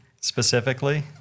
specifically